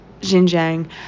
Xinjiang